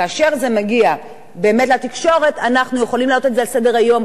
כאשר זה מגיע באמת לתקשורת אנחנו יכולים להעלות את זה על סדר-היום,